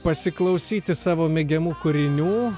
pasiklausyti savo mėgiamų kūrinių